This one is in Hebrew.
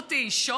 הכשרות היא שוט?